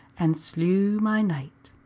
and slew my knight.